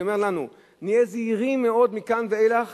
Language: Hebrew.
אני אומר לנו: נהיה זהירים מאוד מכאן ואילך